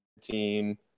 team